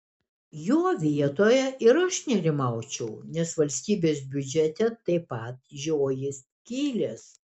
jo vietoje ir aš nerimaučiau nes valstybės biudžete taip pat žioji skylės